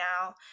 now